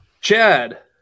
Chad